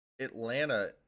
Atlanta